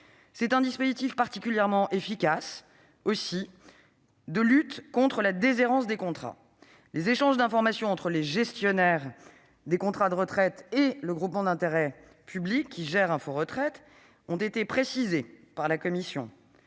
C'est un dispositif particulièrement efficace de lutte contre la déshérence des contrats. Les échanges d'informations entre les gestionnaires des contrats de retraite et le groupement d'intérêt public (GIP) Union Retraite, qui gère le site Info Retraite, ont été précisés par la commission.